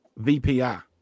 VPI